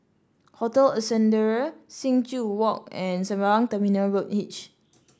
Hotel Ascendere Sing Joo Walk and Sembawang Terminal Road H